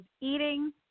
eating